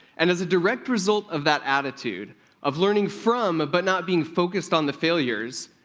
and as a direct result of that attitude of learning from but not being focused on the failures,